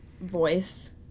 voice